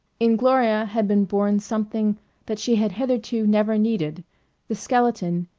in gloria had been born something that she had hitherto never needed the skeleton,